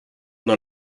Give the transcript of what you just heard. dans